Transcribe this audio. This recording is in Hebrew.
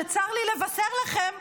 שצר לי לבשר לכם: